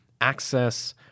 access